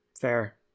Fair